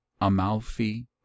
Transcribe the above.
Amalfi